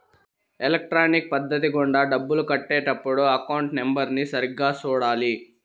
electronic పద్ధతి గుండా డబ్బులు కట్టే టప్పుడు అకౌంట్ నెంబర్ని సరిగ్గా సూడాలి